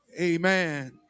amen